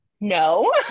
no